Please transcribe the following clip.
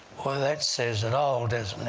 boy, that says it all, doesn't it?